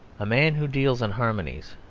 a man who deals in harmonies,